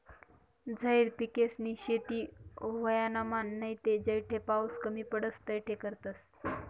झैद पिकेसनी शेती उन्हायामान नैते जठे पाऊस कमी पडस तठे करतस